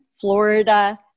Florida